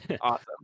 Awesome